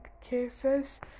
cases